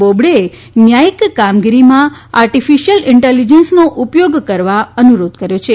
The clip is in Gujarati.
બોબડે એ ન્યાયીક કામગીરી આર્ટીફીશયલ ઇન્ટેલીજન્સનો ઉપયોગ કરવા અનુરોધ કર્યો છે